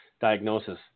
diagnosis